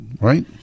right